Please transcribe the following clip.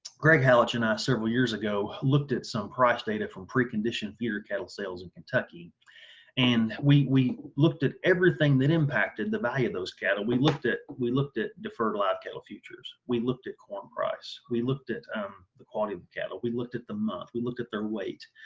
greg halich and i, several years ago, looked at some price data from preconditioned feeder cattle sales in kentucky and we we looked at everything that impacted the value of those cattle. we looked at we looked at deferred live cattle futures, we looked at corn price, we looked at um the quality of of cattle, we looked at the month, we looked at their weight.